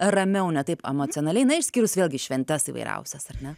ramiau ne taip emocionaliai na išskyrus vėlgi šventes įvairiausias ar ne